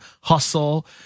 hustle